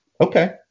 Okay